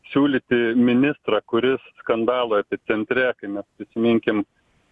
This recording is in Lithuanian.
siūlyti ministrą kuris skandalo epicentre kai mes prisiminkim